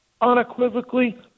unequivocally